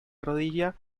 rodilla